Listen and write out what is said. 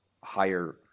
higher